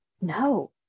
No